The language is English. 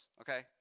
okay